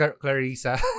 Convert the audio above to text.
Clarissa